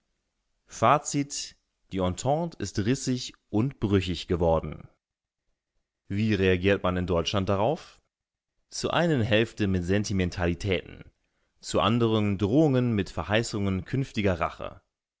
die entente ist rissig und brüchig geworden wie reagiert man in deutschland darauf zur einen hälfte mit sentimentalitäten zur anderen drohungen mit verheißungen künftiger rache